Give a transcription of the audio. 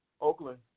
Oakland